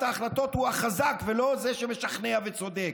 ההחלטות הוא החזק ולא זה שמשכנע וצודק.